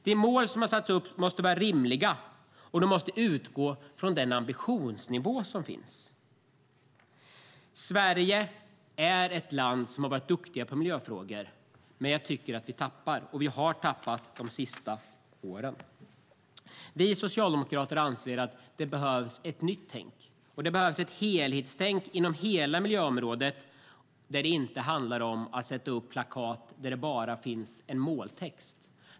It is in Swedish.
De mål som har satts upp måste vara rimliga, och de måste utgå från den ambitionsnivå som finns. Sverige är ett land som har varit duktigt på miljöfrågor. Men jag tycker att vi tappar, och vi har tappat de senaste åren. Vi socialdemokrater anser att det behövs ett nytt tänk. Det behövs ett helhetstänk inom hela miljöområdet. Det handlar inte om att sätta upp plakat där det bara finns en måltext.